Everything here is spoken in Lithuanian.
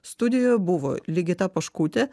studijoje buvo ligita poškutė